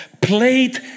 played